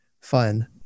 fun